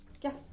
Yes